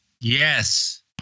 Yes